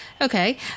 Okay